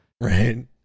Right